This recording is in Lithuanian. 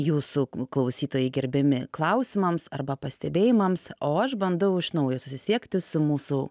jūsų klausytojai gerbiami klausimams arba pastebėjimams o aš bandau iš naujo susisiekti su mūsų